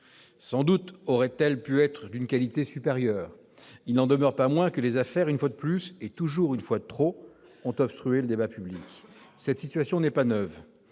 Sans doute aurait-elle pu être d'une qualité supérieure. Il n'en demeure pas moins que les « affaires », une fois de plus et toujours une fois de trop, ont obstrué le débat public. Cette situation n'est pas neuve.